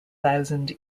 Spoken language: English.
thousand